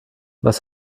was